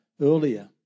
earlier